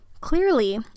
clearly